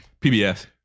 PBS